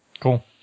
Cool